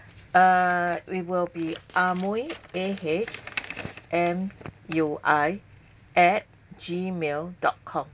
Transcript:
uh we will be Ah Mui A H M U I at gmail dot com